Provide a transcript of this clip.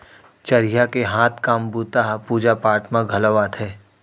चरिहा के हाथ काम बूता ह पूजा पाठ म घलौ आथे